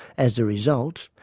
as a result,